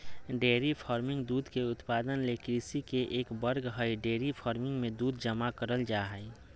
dairy farming दूध के उत्पादन ले कृषि के एक वर्ग हई डेयरी फार्मिंग मे दूध जमा करल जा हई